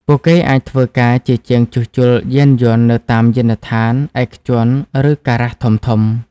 ពួកគេអាចធ្វើការជាជាងជួសជុលយានយន្តនៅតាមយានដ្ឋានឯកជនឬការ៉ាសធំៗ។